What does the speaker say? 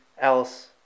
else